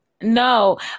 No